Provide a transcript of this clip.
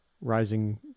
rising